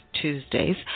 Tuesdays